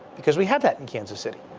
because we have that in kansas city.